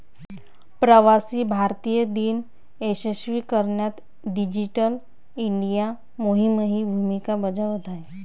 प्रवासी भारतीय दिन यशस्वी करण्यात डिजिटल इंडिया मोहीमही भूमिका बजावत आहे